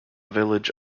village